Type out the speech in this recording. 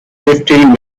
fifteen